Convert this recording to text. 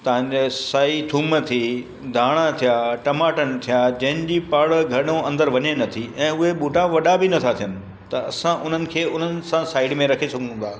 तव्हांजा साई थूम थी धाणा थिया टमाटनि थिया जंहिंजी पाड़ घणो अंदरि वञे नथी ऐं उहे ॿूटा वॾा बि नथा थियनि त असां उन्हनि खे उन्हनि सां साइड में रखी सघूं था